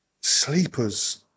sleepers